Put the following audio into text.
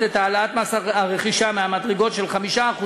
את העלאת מס הרכישה מהמדרגות של 5%,